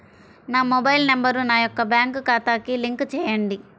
నా mobile number నా యొక్క బ్యాంక్ ఖాతాకి లింక్ చేయండీ?